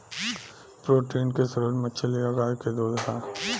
protein के स्त्रोत मछली आ गाय के दूध ह